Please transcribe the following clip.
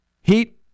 Heat